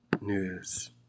news